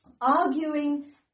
arguing